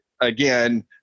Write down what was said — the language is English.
again